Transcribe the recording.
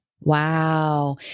Wow